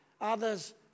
Others